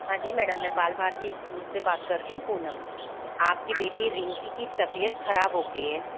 हाँ जी मैडम मैं बाल भारती स्कूल से बात कर रही हूँ पूनम आपकी बेटी रिंकी की तबियत खराब हो गई है